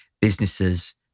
businesses